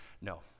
No